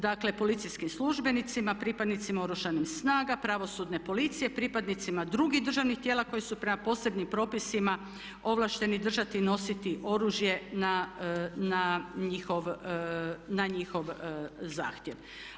Dakle, policijskim službenicima, pripadnicima Oružanih snaga, Pravosudne policije, pripadnicima drugih državnih tijela koji su prema posebnim propisima ovlašteni držati i nositi oružje na njihov zahtjev.